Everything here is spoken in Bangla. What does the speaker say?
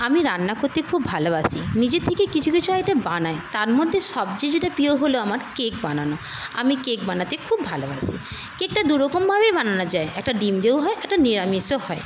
আমি রান্না করতে খুব ভালোবাসি নিজের থেকে কিছু কিছু আইটেম বানাই তারমধ্যে সবচেয়ে যেটা প্রিয় হলো আমার কেক বানানো আমি কেক বানাতে খুব ভালোবাসি কেকটা দুরকম ভাবেই বানানো যায় একটা ডিম দিয়েও হয় একটা নিরামিষও হয়